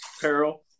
peril